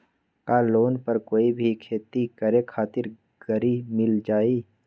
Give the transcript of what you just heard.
का लोन पर कोई भी खेती करें खातिर गरी मिल जाइ?